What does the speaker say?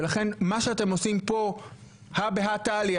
ולכן מה שאתם עושים פה הא באה תליה,